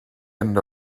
end